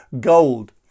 gold